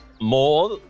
more